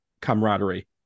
camaraderie